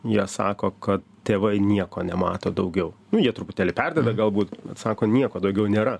jie sako kad tėvai nieko nemato daugiau nu jie truputėlį perdeda galbūt vat sako nieko daugiau nėra